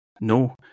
no